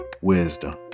wisdom